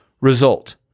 Result